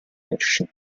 pesci